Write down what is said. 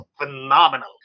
phenomenal